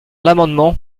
l’amendement